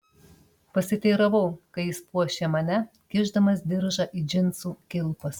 pasiteiravau kai jis puošė mane kišdamas diržą į džinsų kilpas